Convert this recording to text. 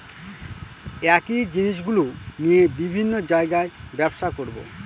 একই জিনিসগুলো নিয়ে বিভিন্ন জায়গায় ব্যবসা করবো